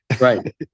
right